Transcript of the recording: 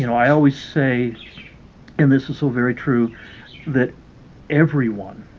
you know i always say and this is so very true that everyone